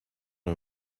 and